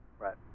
Right